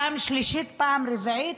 פעם שלישית, פעם רביעית,